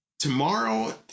tomorrow